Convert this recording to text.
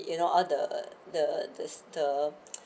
you know all the the the the